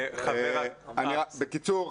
בקיצור,